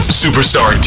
superstar